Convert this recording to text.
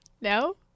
no